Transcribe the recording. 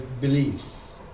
beliefs